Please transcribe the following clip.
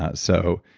ah so,